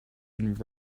and